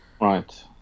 Right